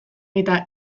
eta